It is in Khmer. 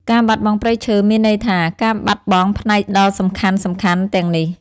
ការបាត់បង់ព្រៃឈើមានន័យថាការបាត់បង់ផ្នែកដ៏សំខាន់ៗទាំងនេះ។